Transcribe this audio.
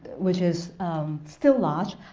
which is still large.